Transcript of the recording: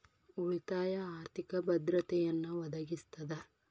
ಉಳಿತಾಯ ಆರ್ಥಿಕ ಭದ್ರತೆಯನ್ನ ಒದಗಿಸ್ತದ